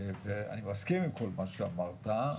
ואני מסכים עם כל מה שאמרת,